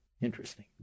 Interesting